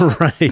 Right